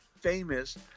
famous